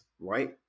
right